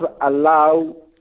allow